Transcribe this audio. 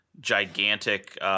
gigantic